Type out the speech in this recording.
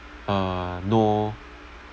uh know